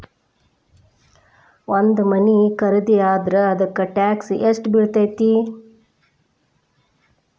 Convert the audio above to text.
ಒಂದ್ ಮನಿ ಖರಿದಿಯಾದ್ರ ಅದಕ್ಕ ಟ್ಯಾಕ್ಸ್ ಯೆಷ್ಟ್ ಬಿಳ್ತೆತಿ?